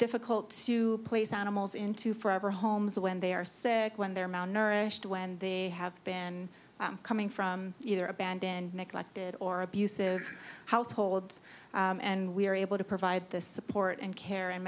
difficult to place animals into forever homes when they are sick when their mouth nourished when they have been coming from either abandoned neglected or abusive households and we are able to provide the support and care and